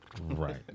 Right